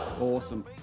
Awesome